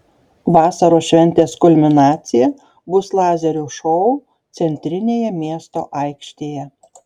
vasaros šventės kulminacija bus lazerių šou centrinėje miesto aikštėje